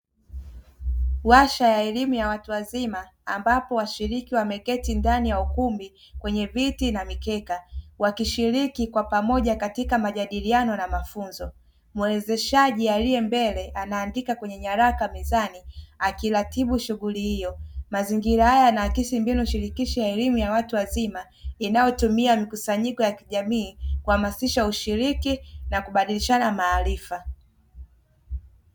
Washa ya elimu ya watu wazima ambapo wahiriki wameketi ndani ya ukumbi kwenye viti na mikeka, wakishiriki kwa pamoja katika majadiliano na mafunzo. Mwezeshaji aliye mbele anaandika kwenye nyaraka mezani akiratibu shughuli hiyo. Mazingira haya yanaakisi mbinu shirikishi ya elimu ya watu wazima inayotumia mikusanyiko ya kijamii kuhamasisha ushiriki na kubadilishana maarifa.